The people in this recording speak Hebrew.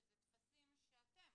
שזה טפסים שאתם,